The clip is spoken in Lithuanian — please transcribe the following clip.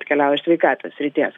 atkeliauja iš sveikatos srities